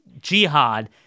jihad